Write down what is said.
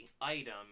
item